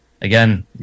again